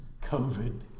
COVID